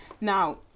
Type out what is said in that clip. Now